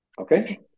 Okay